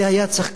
זה היה צריך,